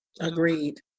Agreed